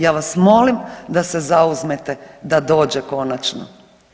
Ja vas molim da se zauzmete da dođe konačno.